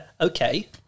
Okay